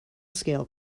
scale